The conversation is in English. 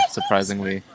Surprisingly